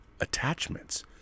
attachments